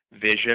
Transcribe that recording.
vision